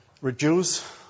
reduce